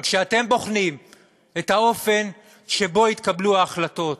אבל כשאתם בוחנים את האופן שבו התקבלו ההחלטות,